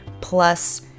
plus